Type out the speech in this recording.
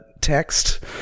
text